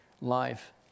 life